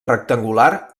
rectangular